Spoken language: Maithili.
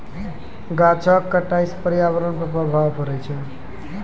गाछो क कटाई सँ पर्यावरण पर प्रभाव पड़ै छै